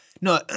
No